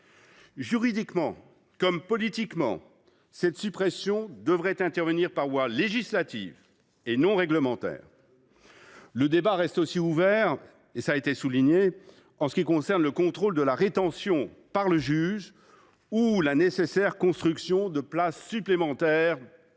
Juridiquement comme politiquement, cette suppression ne pourra intervenir que par voie législative et non réglementaire. Le débat reste ouvert aussi en ce qui concerne le contrôle de la rétention par le juge ou la construction de places supplémentaires